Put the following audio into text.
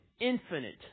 infinite